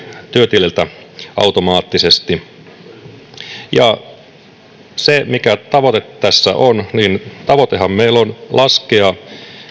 työtililtä automaattisesti ja mikä tavoite tässä on niin sehän meillä on laskea